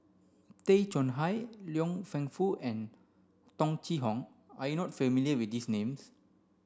Tay Chong Hai Liang Wenfu and Tung Chye Hong you are not familiar with these names